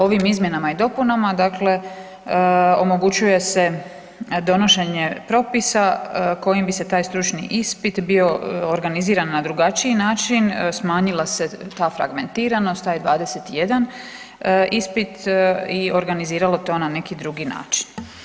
Ovim izmjenama i dopunama dakle omogućuje se donošenje propisa kojim bi se taj stručni ispit bio organiziran na drugačiji način, smanjila se ta fragmentiranost, taj 21 ispit i organiziralo to na neki drugi način.